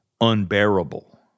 unbearable